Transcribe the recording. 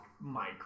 Mike